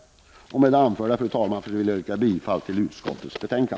Med det anförda, fru talman, vill jag yrka bifall till utskottets hemställan.